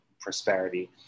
prosperity